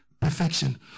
Perfection